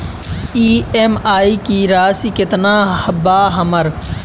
EMI की राशि केतना बा हमर?